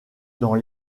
dans